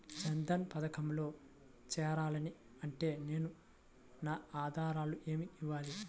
జన్ధన్ పథకంలో చేరాలి అంటే నేను నా ఆధారాలు ఏమి ఇవ్వాలి?